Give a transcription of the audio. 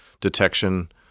Detection